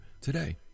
today